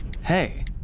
hey